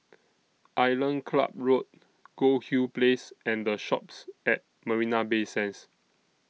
Island Club Road Goldhill Place and The Shoppes At Marina Bay Sands